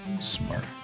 Smart